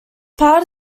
part